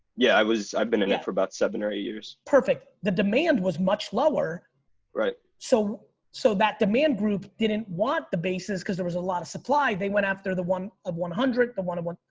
yeah, i was, i've been in it for about seven or eight years. perfect, the demand was much lower right. so so that demand group didn't want the basis cause there was a lot of supply. they went after the one of one hundred, the one of one,